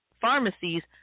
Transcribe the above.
pharmacies